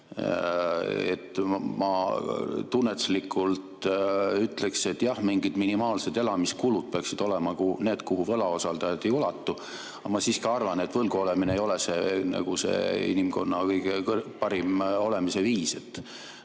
Ma tunnetuslikult ütleksin, et jah, mingid minimaalsed elamiskulud peaksid olema need, milleni võlausaldajad ei ulatu. Aga ma siiski arvan, et võlgu olemine ei ole inimkonna parim olemise viis.